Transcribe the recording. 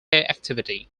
activity